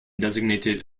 designated